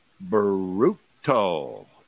brutal